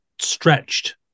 stretched